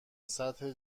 سطح